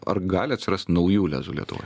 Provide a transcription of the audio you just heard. ar gali atsirast naujų lezų lietuvoje